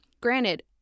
granted